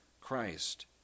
Christ